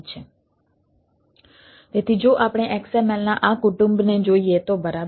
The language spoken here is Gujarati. તેથી જો આપણે XML ના આ કુટુંબને જોઈએ તો બરાબર